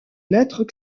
lettres